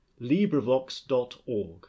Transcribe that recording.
LibriVox.org